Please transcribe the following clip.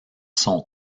son